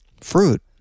fruit